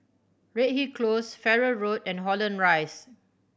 Redhill Close Farrer Road and Holland Rise